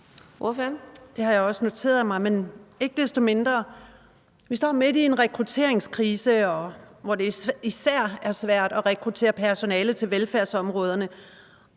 Det har jeg også noteret mig, men ikke desto mindre vil jeg sige: Vi står midt i en rekrutteringskrise, hvor det især er svært at rekruttere personale til velfærdsområderne,